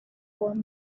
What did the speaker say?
four